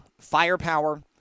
firepower